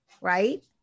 right